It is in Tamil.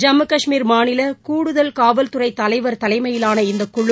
ஜம்மு கஷ்மீர் மாநில கூடுதல் காவல்துறை தலைவர் தலைனமயிலான இந்தக்குழு